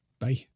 Bye